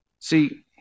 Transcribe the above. See